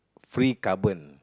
free carbon